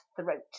throat